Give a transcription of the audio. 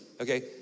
okay